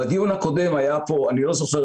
קלים, ימים